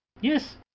Yes